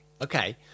Okay